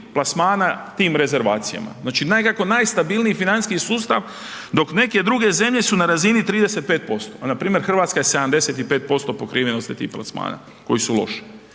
plasmana tim rezervacijama. Znači nekako najstabilniji financijski sustav, dok neke druge zemlje su na razini 35%, a npr. Hrvatska je 75% pokrivenosti tih plasmana koji su loši